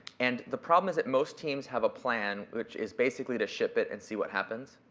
and the problem is that most teams have a plan, which is basically to ship it and see what happens.